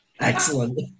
excellent